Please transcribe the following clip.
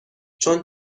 چون